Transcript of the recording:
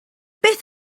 beth